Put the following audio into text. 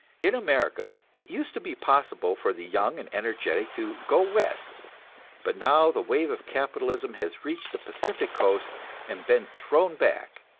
in america it used to be possible for the young and energetic to go west but now the wave of capitalism has reached the pacific coast and been thrown back,